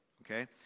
Okay